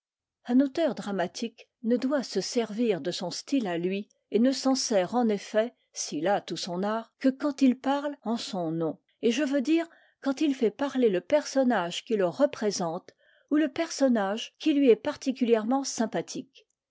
un auteur dramatique ne doit se servir de son style à lui et ne s'en sert en effet s'il a tout son art que quand il parle en son nom et je veux dire quand il fait parler le personnage qui le représente ou le personnage qui lui est particulièrement sympathique